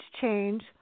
change